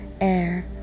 Air